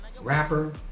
Rapper